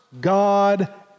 God